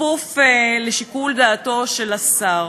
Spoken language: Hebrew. כפוף לשיקול דעתו של השר.